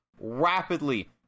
rapidly